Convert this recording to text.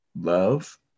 Love